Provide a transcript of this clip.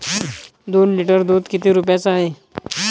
दोन लिटर दुध किती रुप्याचं हाये?